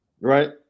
right